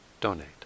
donate